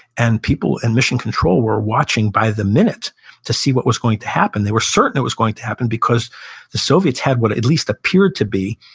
and people, and mission control were watching by the minute to see what was going to happen. they were certain it was going to happen because the soviets had, what at least appeared to be,